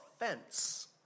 offense